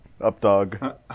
Updog